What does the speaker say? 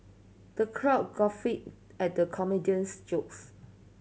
the crow guffawed at the comedian's jokes